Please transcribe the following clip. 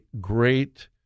great